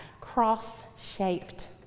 cross-shaped